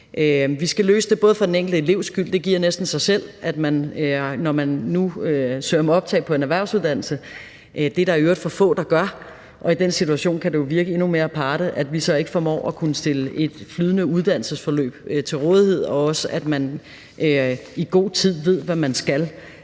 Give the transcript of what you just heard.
Vi skal løse det for den enkelte elevs skyld. Det giver næsten sig selv, at man, når man nu søger om optagelse på en erhvervsuddannelse – det er der i øvrigt for få, der gør, og i den situation kan det jo virke endnu mere aparte, at vi så ikke formår at kunne stille et flydende uddannelsesforløb til rådighed – i god tid skal vide, hvad man skal